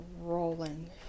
rolling